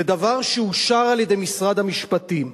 זה דבר שאושר על-ידי משרד המשפטים,